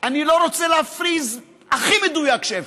אני לא רוצה להפריז הכי מדויק שאפשר.